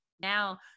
now